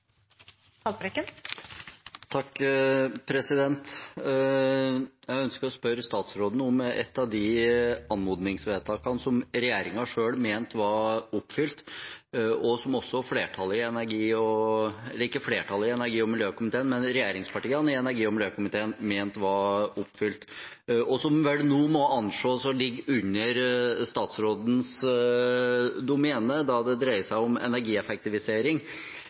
blir replikkordskifte. Jeg ønsker å spørre statsråden om et av de anmodningsvedtakene som regjeringen selv mente var oppfylt, og som også regjeringspartiene i energi- og miljøkomiteen mente var oppfylt, og som vel nå må anses å ligge under statsråd Rotevatns domene da det dreier seg om energieffektivisering.